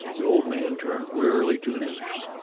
the old man turned wearily to the nurse.